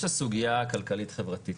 יש את הסוגיה הכלכלית-חברתית.